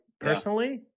personally